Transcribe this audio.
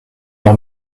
leur